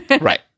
Right